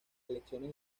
elecciones